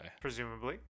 presumably